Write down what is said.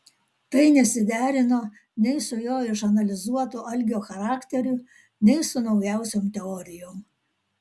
tai nesiderino nei su jo išanalizuotu algio charakteriu nei su naujausiom teorijom